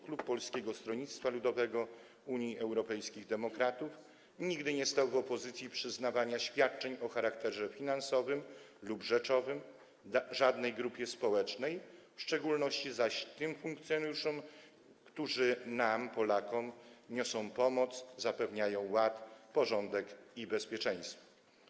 Klub Polskiego Stronnictwa Ludowego - Unii Europejskich Demokratów nigdy nie stał w opozycji co do przyznawania świadczeń o charakterze finansowym lub rzeczowym żadnej grupie społecznej, w szczególności zaś tym funkcjonariuszom, którzy nam, Polakom, niosą pomoc, zapewniają ład, porządek i bezpieczeństwo.